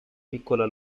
piccola